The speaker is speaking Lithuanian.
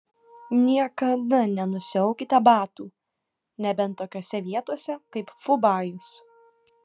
niekada nenusiaukite batų nebent tokiose vietose kaip fubajus